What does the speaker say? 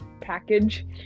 package